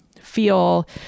feel